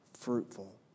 fruitful